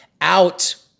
out